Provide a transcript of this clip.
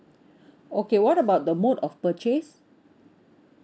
okay what about the mode of purchase